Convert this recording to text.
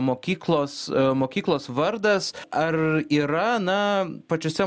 mokyklos mokyklos vardas ar yra na pačiose